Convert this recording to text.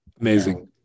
Amazing